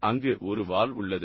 அங்கு ஒரு வால் உள்ளது